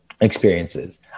experiences